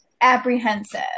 apprehensive